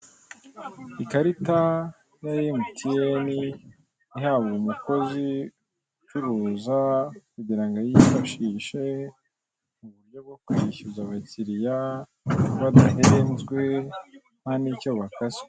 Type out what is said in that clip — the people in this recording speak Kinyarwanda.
Ikarita ya emutiyeni, ihabwa umukozi ucuruza, kugira ngo ayifashishe mu buryo bwo kwishyuza abakiriya, badahenzwe, ntan'icyo bakaswe.